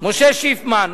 משה שיפמן,